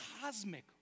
cosmic